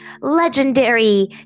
legendary